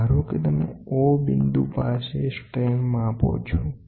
ધારો કે તમે સ્ટ્રેન O બિદુ પાસે માપો છો આપણે લોડ આપીને તે માપવાનો પ્રયત્ન કરીએ છીએ